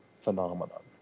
phenomenon